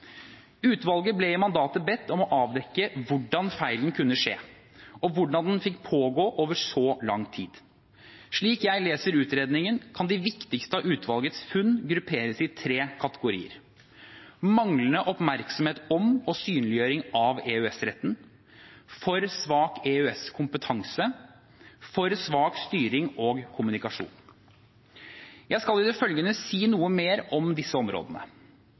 Utvalget ble i mandatet bedt om å avdekke hvordan feilen kunne skje, og hvordan den fikk pågå over så lang tid. Slik jeg leser utredningen, kan de viktigste av utvalgets funn grupperes i tre kategorier: manglende oppmerksomhet om og synliggjøring av EØS-retten for svak EØS-kompetanse for svak styring og kommunikasjon Jeg skal i det følgende si noe mer om disse områdene.